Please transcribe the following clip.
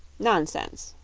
nonsense!